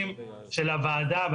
קרי הוועדה המקומית או הוועדה המחוזית,